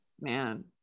Man